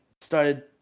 started